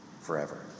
forever